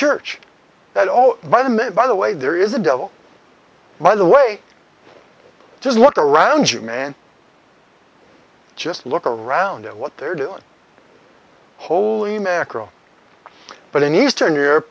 church that all by the minute by the way there is a devil by the way just look around you man just look around at what they're doing holy mackerel but in eastern europe